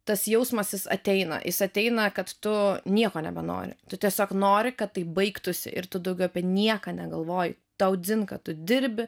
tas jausmas jis ateina jis ateina kad tu nieko nebenori tu tiesiog nori kad tai baigtųsi ir tu daugiau apie nieką negalvoji tau dzin kad tu dirbi